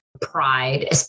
pride